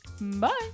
Bye